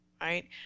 Right